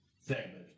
segment